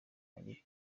ari